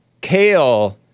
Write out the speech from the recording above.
Kale